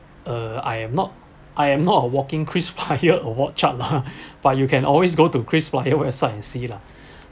err I am not I am not a walking krisflyer or walk chart lah but you can always go to krisflyer website and see lah